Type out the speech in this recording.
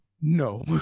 no